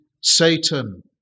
Satan